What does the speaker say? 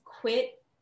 quit